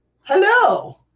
Hello